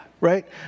right